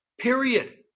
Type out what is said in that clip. Period